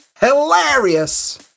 hilarious